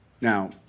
Now